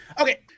okay